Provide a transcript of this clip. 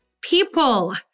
people